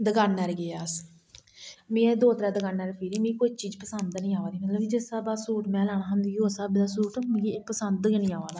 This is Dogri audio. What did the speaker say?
दकानर गै अस मे दो त्रै दकाने उपर फिरी में कोई चीज पंसद नेईं ही अबा दी मतलब जिस स्हाबे दा सूट में लाना हा मिगी उस स्हाबे दा सूट मिगी पसंद नेई आया